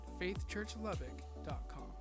faithchurchlubbock.com